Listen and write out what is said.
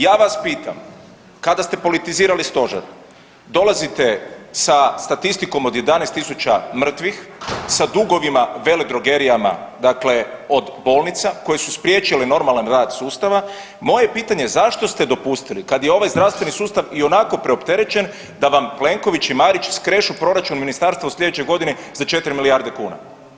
Ja vas pitam, kada ste politizirali stožer dolazite sa statistikom 11.000 mrtvih, sa dugovima veledrogerijama dakle od bolnica koje su spriječile normalan rad sustava, moje je pitanje zašto ste dopustili kad je ovaj zdravstveni sustav ionako preopterećen da vam Plenković i Marić skrešu proračun ministarstva u slijedećoj godini za 4 milijarde kuna.